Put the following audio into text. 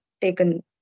taken